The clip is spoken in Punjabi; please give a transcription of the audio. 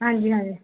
ਹਾਂਜੀ ਹਾਂਜੀ